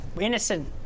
innocent